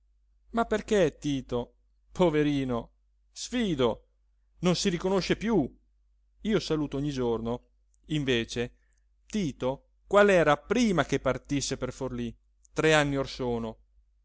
ma perché tito poverino sfido non si riconosce piú io saluto ogni giorno invece tito qual era prima che partisse per forlí tre anni or sono